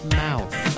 mouth